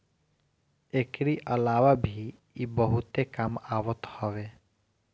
एकरी अलावा भी इ बहुते काम आवत हवे